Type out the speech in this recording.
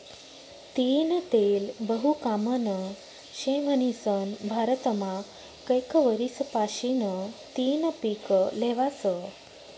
तीयीनं तेल बहु कामनं शे म्हनीसन भारतमा कैक वरीस पाशीन तियीनं पिक ल्हेवास